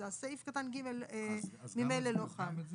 אז סעיף קטן (ג) ממילא לא חל.